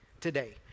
today